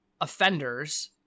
offenders